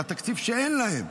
על התקציב שאין להם.